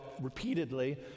repeatedly